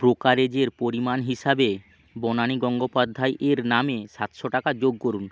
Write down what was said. ব্রোকারেজের পরিমাণ হিসাবে বনানি গঙ্গোপাধ্যায় এর নামে সাতশো টাকা যোগ করুন